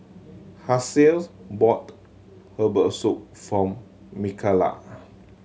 Halsey bought herbal soup for Mikalah